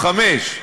חמישה.